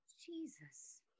jesus